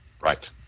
Right